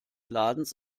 ladens